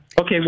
Okay